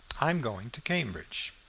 i am going to cambridge.